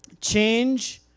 change